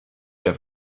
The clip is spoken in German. der